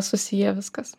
susiję viskas